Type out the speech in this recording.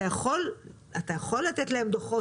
אתה יכול לתת להם דוחות,